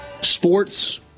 Sports